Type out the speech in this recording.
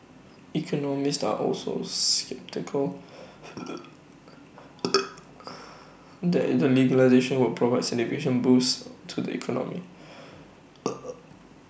economists are also sceptical that the legislation would provide significant boost to the economy